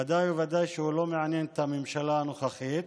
ודאי וודאי שהוא לא מעניין את הממשלה הנוכחית.